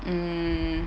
um